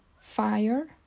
fire